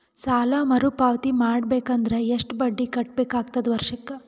ಸಾಲಾ ಮರು ಪಾವತಿ ಮಾಡಬೇಕು ಅಂದ್ರ ಎಷ್ಟ ಬಡ್ಡಿ ಕಟ್ಟಬೇಕಾಗತದ ವರ್ಷಕ್ಕ?